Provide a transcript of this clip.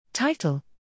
Title